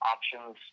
Options